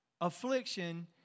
Affliction